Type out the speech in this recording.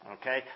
Okay